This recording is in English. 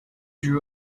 drew